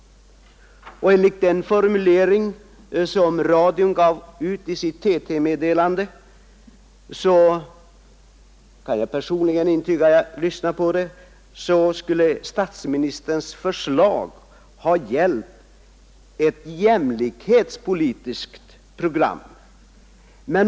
Enligt formuleringen i radions TT-meddelande — det kan jag personligen intyga, eftersom jag lyssnade på det — skulle statsministerns förslag ha gällt ett jämlikhetspolitiskt program.